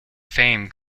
fame